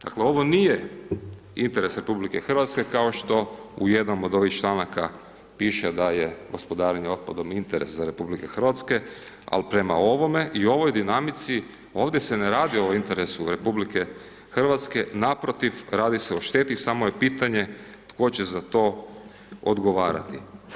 Dakle ovo nije interes RH kao što u jednom od ovih članaka piše da je gospodarenje otpadom interes RH ali prema ovome i ovoj dinamici, ovdje se radi o interesu RH naprotiv, radi se šteti, samo je pitanje tko će zato odgovarati.